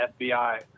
FBI